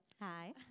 Hi